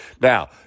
Now